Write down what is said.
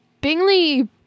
Bingley